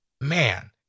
Man